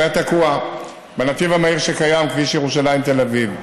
הוא היה תקוע בנתיב המהיר שקיים כביש ירושלים תל אביב.